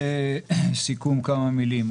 לסיכום כמה מילים.